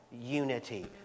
unity